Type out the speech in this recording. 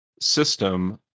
system